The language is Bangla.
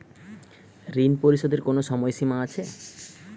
ঋণ পরিশোধের কোনো সময় সীমা আছে?